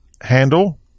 handle